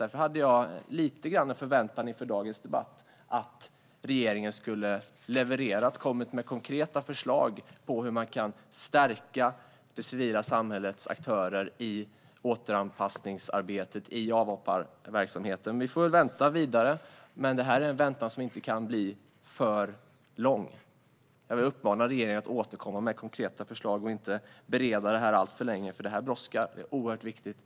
Därför hade jag lite grann en förväntan inför dagens debatt att regeringen skulle ha levererat och kommit med konkreta förslag på hur man kan stärka det civila samhällets aktörer i återanpassningsarbetet i avhopparverksamheten. Vi får väl vänta vidare, men det är en väntan som inte kan bli för lång. Jag vill uppmana regeringen att återkomma med konkreta förslag och inte bereda det alltför länge, för det brådskar. Det är oerhört viktigt.